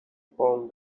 found